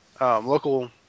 local